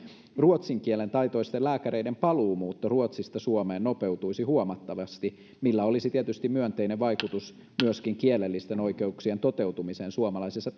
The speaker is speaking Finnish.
ruotsinkielentaitoisten lääkäreiden paluumuutto ruotsista suomeen nopeutuisi huomattavasti millä olisi tietysti myönteinen vaikutus myöskin kielellisten oikeuksien toteutumiseen suomalaisessa